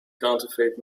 counterfeit